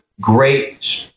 great